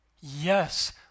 Yes